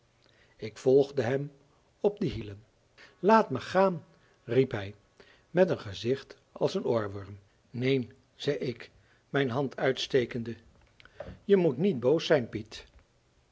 ik volgde hem op de hielen laat me gaan riep hij met een gezicht als een oorworm neen zei ik mijn hand uitstekende je moet niet boos zijn piet